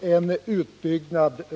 är uppe.